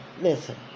listen